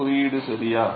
குறியீடு சரியா